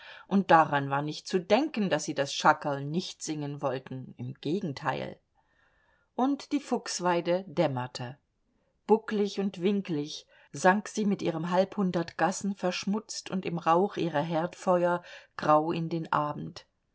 und daran war nicht zu denken daß sie das schackerl nicht singen wollten im gegenteil und die fuchsweide dämmerte bucklig und winkelig sank sie mit ihrem halbhundert gassen verschmutzt und im rauch ihrer herdfeuer grau in den abend